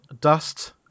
Dust